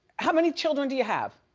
how many children do you have?